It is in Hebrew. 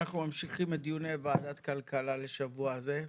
אנחנו ממשיכים את דיוני ועדת הכלכלה לשבוע זה.